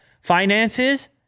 finances